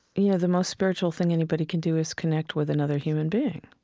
you know, the most spiritual thing anybody can do is connect with another human being.